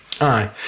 Aye